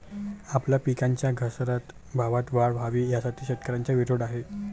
आपल्या पिकांच्या घसरत्या भावात वाढ व्हावी, यासाठी शेतकऱ्यांचा विरोध आहे